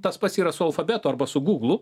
tas pats yra su alfabetu arba su gūglu